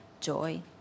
joy